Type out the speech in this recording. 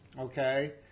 Okay